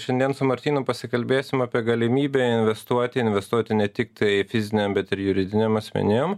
šiandien su martynu pasikalbėsim apie galimybę investuoti investuoti ne tik tai fiziniam bet ir juridiniam asmenim